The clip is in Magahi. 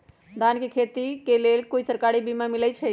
धान के खेती के लेल कोइ सरकारी बीमा मलैछई?